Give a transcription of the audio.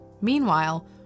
Meanwhile